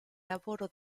lavoro